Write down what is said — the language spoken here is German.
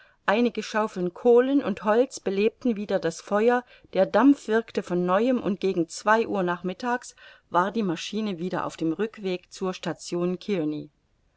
einige schaufeln kohlen und holz belebten wieder das feuer der dampf wirkte von neuem und gegen zwei uhr nachmittags war die maschine wieder auf dem rückweg zur station